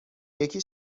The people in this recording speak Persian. یکی